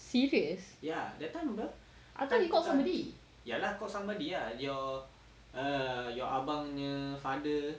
serious I thought he called somebody